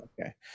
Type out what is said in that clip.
Okay